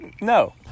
no